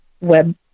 web